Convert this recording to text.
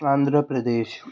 Andhra Pradesh